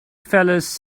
fellas